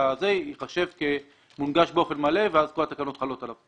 זה ייחשב כמונגש באופן מלא, ואז התקנות כבר חלות.